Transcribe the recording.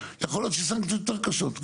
יכו להיות שסנקציות יותר קשות,